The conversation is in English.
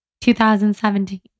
2017